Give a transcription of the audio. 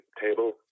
table